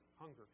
hunger